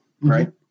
right